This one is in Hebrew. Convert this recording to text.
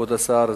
כבוד השר,